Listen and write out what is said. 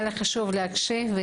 היה לי חשוב להקשיב.